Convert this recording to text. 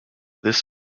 this